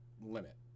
limit